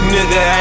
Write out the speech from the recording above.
Nigga